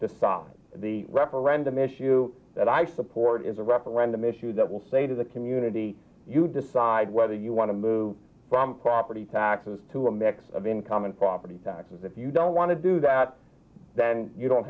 decide the referendum issue that i support is a referendum issue that will say to the community you decide whether you want to move from property taxes to a mix of income and property taxes if you don't want to do that then you don't